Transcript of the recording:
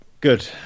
Good